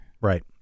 right